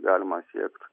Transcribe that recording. galima siekt